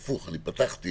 הפוך, פתחתי